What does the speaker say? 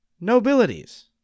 nobilities